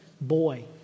boy